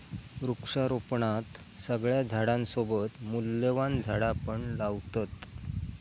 वृक्षारोपणात सगळ्या झाडांसोबत मूल्यवान झाडा पण लावतत